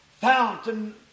fountain